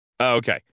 okay